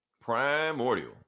Primordial